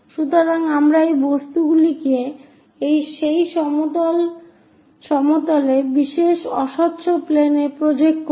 সুতরাং আমরা এই বস্তুগুলিকে সেই সমতলে বিশেষ অস্বচ্ছ প্লেনে প্রজেক্ট করি